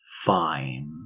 fine